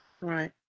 Right